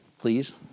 please